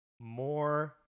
more